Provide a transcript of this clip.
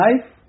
life